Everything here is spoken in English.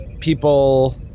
people